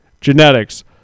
genetics